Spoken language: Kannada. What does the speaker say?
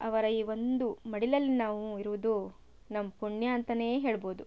ಅವರ ಈ ಒಂದು ಮಡಿಲಲ್ಲಿ ನಾವು ಇರುವುದು ನಮ್ಮ ಪುಣ್ಯ ಅಂತನೇ ಹೇಳ್ಬೋದು